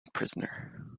prisoner